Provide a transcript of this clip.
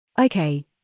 Okay